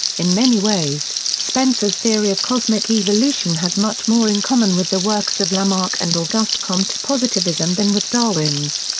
in many ways, spencer's theory of cosmic evolution has much more in common with the works of lamarck and auguste comte's positivism than with darwin's.